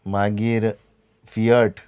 मागीर फियाट